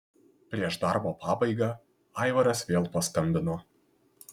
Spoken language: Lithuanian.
prieš darbo pabaigą aivaras vėl paskambino